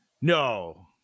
No